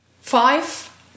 five